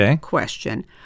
question